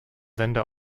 sender